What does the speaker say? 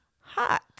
hot